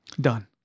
Done